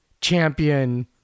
champion